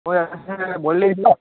म यहाँ भोलि ल्याइदिन्छु नि ल